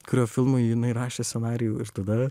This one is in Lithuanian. kurio filmui jinai rašė scenarijų ir tada